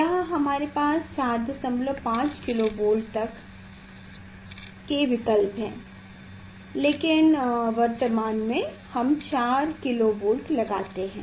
यहां हमारे पास 45 किलो वोल्ट तक के विकल्प है लेकिन वर्तमान में हम 4 किलो वोल्ट लगाते हैं